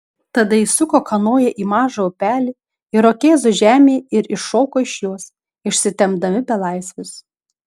tada įsuko kanoją į mažą upelį irokėzų žemėje ir iššoko iš jos išsitempdami belaisvius